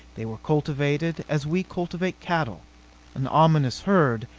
they were cultivated as we cultivate cattle an ominous herd,